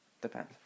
depends